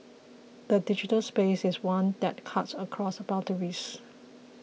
the digital space is one that cuts across boundaries